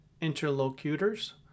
interlocutors